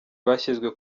bashyizwe